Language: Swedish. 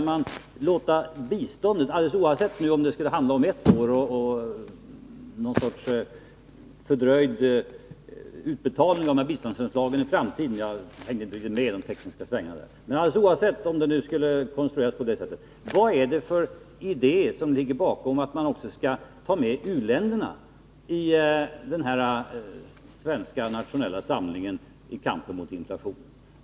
Men alldeles oavsett om det skulle handla om ett år och någon sorts fördröjd utbetalning av biståndsanslagen i framtiden — jag hängde inte riktigt med i de tekniska svängarna — vad är det för idé som ligger bakom att man också skall ta med u-länderna i den här svenska nationella samlingen i kampen mot inflationen?